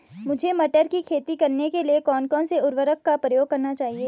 मुझे मटर की खेती करने के लिए कौन कौन से उर्वरक का प्रयोग करने चाहिए?